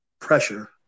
pressure